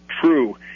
true